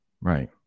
right